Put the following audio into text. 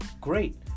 Great